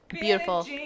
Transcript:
beautiful